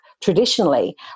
traditionally